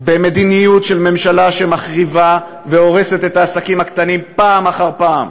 במדיניות של ממשלה שמחריבה והורסת את העסקים הקטנים פעם אחר פעם?